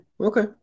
Okay